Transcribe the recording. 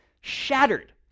shattered